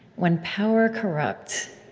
when power corrupts,